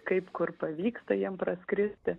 kaip kur pavyksta jiem praskristi